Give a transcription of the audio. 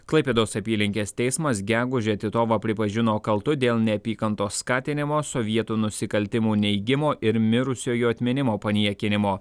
klaipėdos apylinkės teismas gegužę titovą pripažino kaltu dėl neapykantos skatinimo sovietų nusikaltimų neigimo ir mirusiojo atminimo paniekinimo